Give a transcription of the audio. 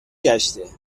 گشته